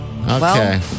Okay